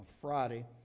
Friday